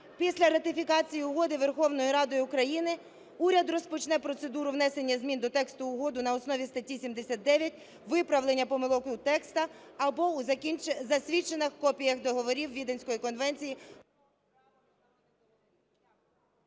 Після ратифікації угоди Верховною Радою України уряд розпочне процедуру внесення змін до тексту Угоди на основі статті 79, виправлення помилок у тексті або у засвідчених копіях договорів Віденської конвенції...